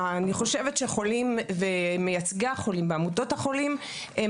אני חושבת שהחולים ומייצגי החולים בעמותות החולים הם